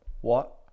What